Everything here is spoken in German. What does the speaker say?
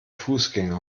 fußgänger